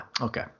okay